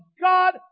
God